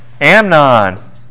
Amnon